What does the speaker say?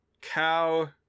cow